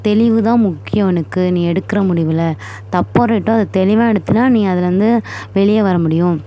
தெளிவு தான் முக்கியம் உனக்கு நீ எடுக்கிற முடிவில தப்போ ரைட்டோ அதை தெளிவாக எடுத்தினா நீ அதுலருந்து வெளியே வர முடியும்